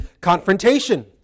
confrontation